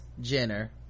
Jenner